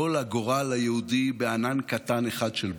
כל הגורל היהודי בענן קטן אחד של בושם.